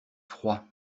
froid